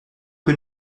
que